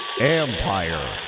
Empire